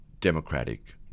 democratic